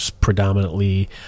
predominantly